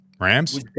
Rams